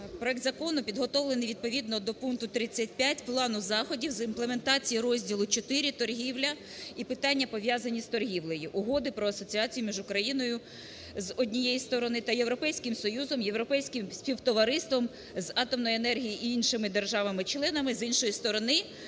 Проект закону підготовлений відповідно до пункту 35 Плану заходів з імплементації розділу IV "Торгівля і питання, пов'язані з торгівлею" Угоди про Асоціацію між Україною, з однієї сторони, та Європейським Союзом, Європейським співтовариством з атомної енергії і іншими державами-членами, з іншої сторони,